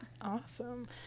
Awesome